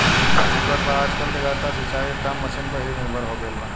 आमतौर पर आजकल के ज्यादातर सिंचाई के काम मशीन पर ही निर्भर हो गईल बा